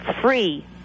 free